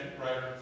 writer